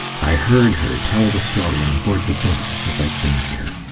i heard her tell the story on board the boat as i came here.